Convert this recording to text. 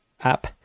app